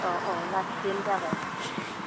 औ औ दा सिजेन जाबाय ना